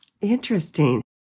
Interesting